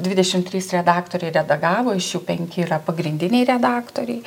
dvidešim trys redaktoriai redagavo iš jų penki yra pagrindiniai redaktoriai